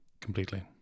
Completely